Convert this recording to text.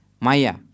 Maya